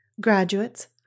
Graduates